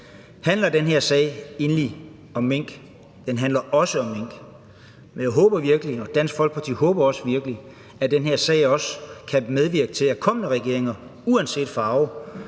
Handler den her sag egentlig om mink? Det handler også om mink, men jeg og Dansk Folkeparti håber virkelig, at den her sag kan medvirke til, at kommende regeringer uanset farve